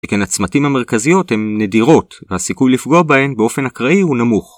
כי הנצמתים המרכזיות הן נדירות והסיכוי לפגוע בהן באופן אקראי הוא נמוך